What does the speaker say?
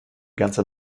ganze